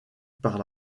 par